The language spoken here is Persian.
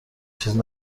چیزی